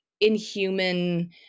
inhuman